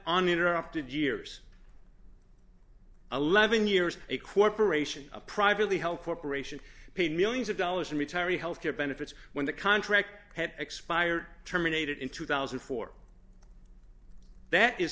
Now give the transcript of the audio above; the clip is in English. uninterrupted years eleven years a cooperation a privately held corporation paid millions of dollars in retiree health care benefits when the contract expired terminated in two thousand and four that is